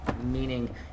meaning